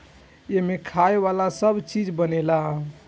एमें खाए वाला सब चीज बनेला